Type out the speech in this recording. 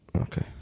Okay